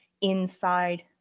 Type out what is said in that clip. inside